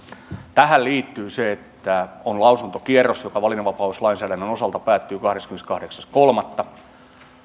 tähän liittyy se että on lausuntokierros joka valinnanvapauslainsäädännön osalta päättyy kahdeskymmeneskahdeksas kolmatta